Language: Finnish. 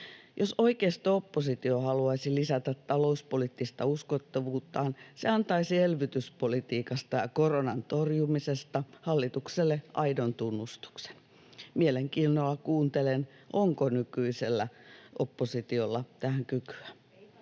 Jos oikeisto-oppositio haluaisi lisätä talouspoliittista uskottavuuttaan, se antaisi elvytyspolitiikasta ja koronan torjumisesta hallitukselle aidon tunnustuksen. Mielenkiinnolla kuuntelen, onko nykyisellä oppositiolla tähän kykyä.